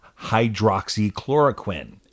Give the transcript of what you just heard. hydroxychloroquine